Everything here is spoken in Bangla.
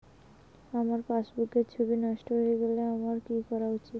আমার পাসবুকের ছবি নষ্ট হয়ে গেলে আমার কী করা উচিৎ?